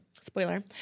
Spoiler